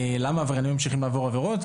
למה עבריינים ממשיכים לעבור עבירות?